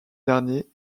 dernier